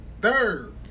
third